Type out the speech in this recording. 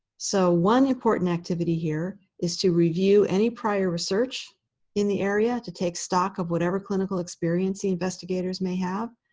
so one important activity here is to review any prior research in the area to take stock of whatever clinical experience the investigators may have,